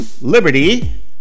liberty